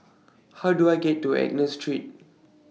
How Do I get to Angus Street